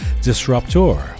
disruptor